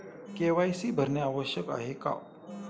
KYC भरणे आवश्यक आहे का?